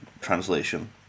translation